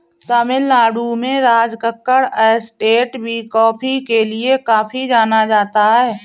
तमिल नाडु में राजकक्कड़ एस्टेट भी कॉफी के लिए काफी जाना जाता है